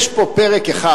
יש פה פרק אחד,